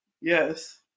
yes